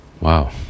wow